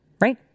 right